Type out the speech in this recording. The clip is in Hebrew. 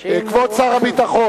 שאם הוא, כבוד שר הביטחון.